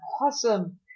awesome